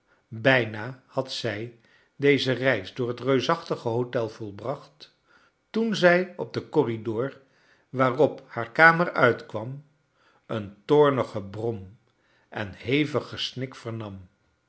bijna had zij deze reis door het reusachtige hotel volbracht teen zij op den corridor waarop haar kamer uitkwam een toornig gebrom en hevig gesnik vernam